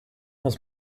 muss